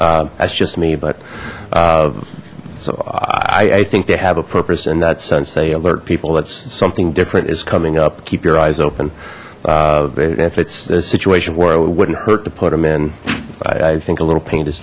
that's just me but so i think they have a purpose in that sense they alert people that's something different is coming up keep your eyes open but if it's a situation where it wouldn't hurt to put them in i think a little paint is